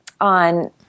On